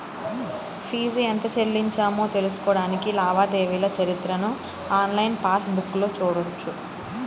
fee ఎంత చెల్లించామో తెలుసుకోడానికి లావాదేవీల చరిత్రను ఆన్లైన్ పాస్ బుక్లో చూడొచ్చు